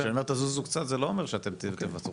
תזוזו קצת אני לא אומר שאתם תוותרו,